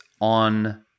on